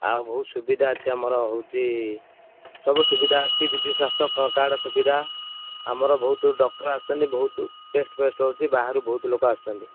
ଆଉ ବହୁତ ସୁବିଧା ଅଛି ଆମର ହେଉଛି ସବୁ ସୁବିଧା ଅଛି ବିଜୁ ସ୍ୱାସ୍ଥ୍ୟ କାର୍ଡ଼ର ସୁବିଧା ଆମର ବହୁତ ଡକ୍ଟର ଆସୁଛନ୍ତି ବହୁତ ଟେଷ୍ଟ ଫେଷ୍ଟ ହେଉଛି ବାହାରୁ ବହୁତ ଲୋକ ଆସୁଛନ୍ତି